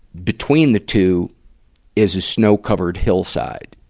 between the two is a snow-covered hillside.